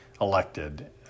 elected